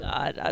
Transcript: God